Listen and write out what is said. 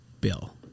bill